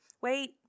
Wait